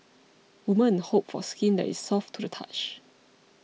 women hope for skin that is soft to the touch